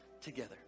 together